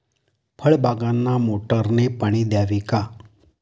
फळबागांना मोटारने पाणी द्यावे का?